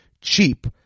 cheap